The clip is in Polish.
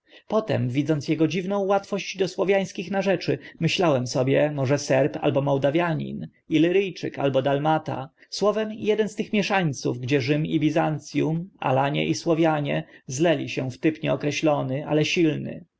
późnie widząc ego dziwną łatwość do słowiańskich narzeczy myślałem sobie może serb albo mołdawianin iliry czyk albo dalmata słowem eden z tych mieszańców gdzie rzym i bizanc um alanie i słowianie zleli się w typ nieokreślony ale silny